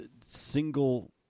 single